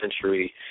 century